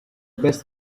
best